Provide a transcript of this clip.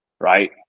right